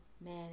man